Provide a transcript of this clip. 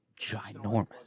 ginormous